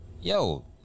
yo